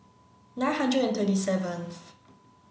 nine hundred and thirty seventh